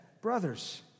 Brothers